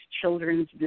children's